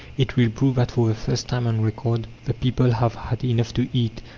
it will prove that for the first time on record the people have had enough to eat.